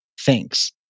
Thanks